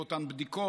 באותן בדיקות.